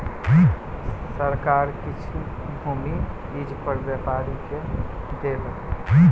सरकार किछ भूमि के लीज पर व्यापारी के देलक